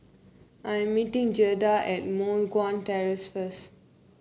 I'm meeting Gerda at Moh Guan Terrace first